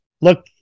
Look